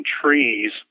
trees